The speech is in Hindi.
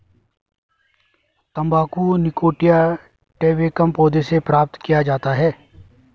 तंबाकू निकोटिया टैबेकम पौधे से प्राप्त किया जाता है